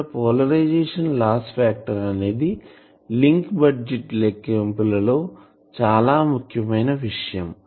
ఇక్కడ polarization loss factor అనేది link budget లెక్కింపులలో చాలా ముఖ్యమైన విషయం